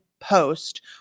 post